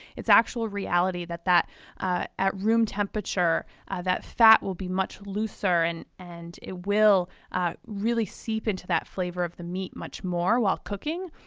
it's actual reality that that ah at room temperature that fat will be much looser and and it will ah really seep into that flavor of the meat much more while cooking.